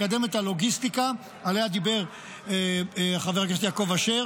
לקדם את הלוגיסטיקה שעליה דיבר חבר הכנסת יעקב אשר,